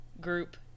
group